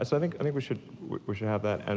i think i mean we should we should have that and